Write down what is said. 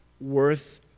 worth